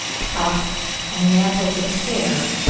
tufts, and mantles of hair,